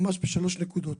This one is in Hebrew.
ממש בשלוש נקודות.